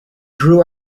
drew